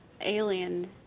alien